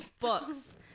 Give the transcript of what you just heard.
books